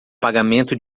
pagamento